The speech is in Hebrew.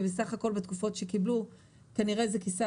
ובסך הכול בתקופות שקיבלו כנראה זה כיסה,